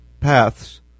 paths